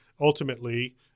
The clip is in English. ultimately-